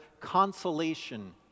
consolation